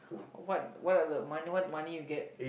what what are the money what money you get